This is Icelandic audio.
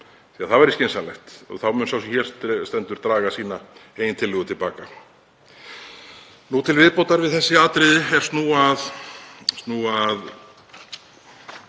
Það væri skynsamlegt og þá mun sá sem hér stendur draga sína eigin tillögu til baka. Til viðbótar við þessi atriði er snúa